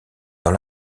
dans